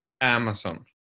Amazon